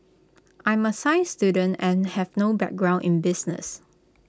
I'm A science student and have no background in business